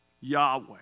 Yahweh